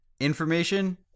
Information